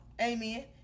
Amen